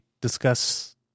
discuss